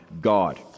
God